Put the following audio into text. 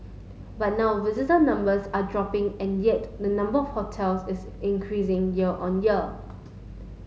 but now visitor numbers are dropping and yet the number hotels is increasing year on year